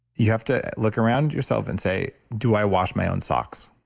you have to look around yourself and say, do i wash my own socks?